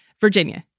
virginia,